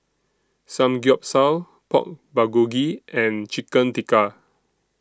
Samgyeopsal Pork Bulgogi and Chicken Tikka